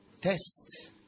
test